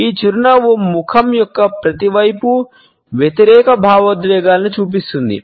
ఈ చిరునవ్వు ముఖం యొక్క ప్రతి వైపు వ్యతిరేక భావోద్వేగాలను చూపిస్తుంది